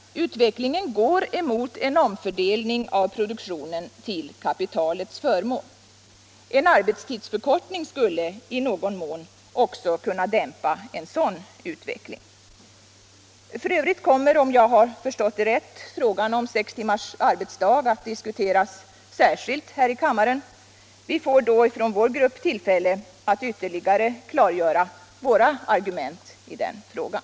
Utvecklingen går alltså mot en omfördelning av produktionen till kapitalets förmån. En arbetstidsförkortning skulle i någon mån också kunna dämpa en sådan utveckling. 57 För övrigt kommer, om jag har förstått det rätt, frågan om sex timmars arbetsdag att diskuteras särskilt här i kammaren. Vi får då från vår grupp tillfälle att ytterligare klargöra våra argument i den frågan.